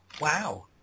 Wow